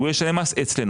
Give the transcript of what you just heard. אלא הוא ישלם מס אצלנו.